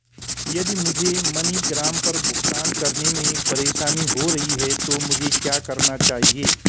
यदि मुझे मनीग्राम पर भुगतान करने में परेशानी हो रही है तो मुझे क्या करना चाहिए?